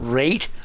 rate